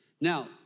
Now